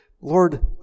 Lord